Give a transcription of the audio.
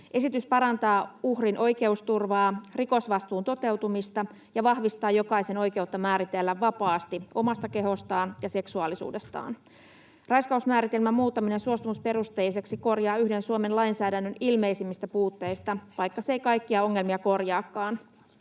Esitys parantaa uhrin oikeusturvaa ja rikosvastuun toteutumista sekä vahvistaa jokaisen oikeutta määrätä vapaasti omasta kehostaan ja seksuaalisuudestaan. Raiskausmääritelmän muuttaminen suostumusperusteiseksi korjaa yhden Suomen lainsäädännön ilmeisimmistä puutteista, vaikka se ei kaikkia ongelmia korjaakaan.